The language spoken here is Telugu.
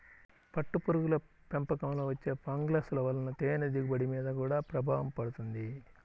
పట్టుపురుగుల పెంపకంలో వచ్చే ఫంగస్ల వలన తేనె దిగుబడి మీద గూడా ప్రభావం పడుతుంది